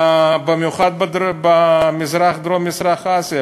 במיוחד בדרום-מזרח אסיה,